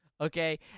Okay